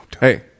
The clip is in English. Hey